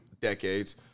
decades